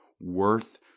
worth